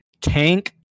Tank